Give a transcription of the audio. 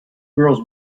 girls